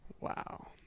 Wow